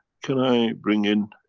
can i bring in.